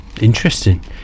Interesting